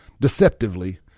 deceptively